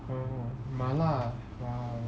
oh 麻辣 !wow!